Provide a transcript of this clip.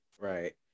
right